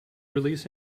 release